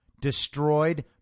destroyed